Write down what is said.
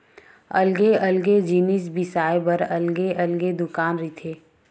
अलगे अलगे जिनिस बिसाए बर अलगे अलगे दुकान रहिथे